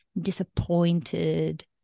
disappointed